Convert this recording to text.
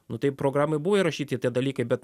nu tai programoj buvo įrašyti tie dalykai bet